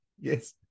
yes